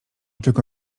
tylko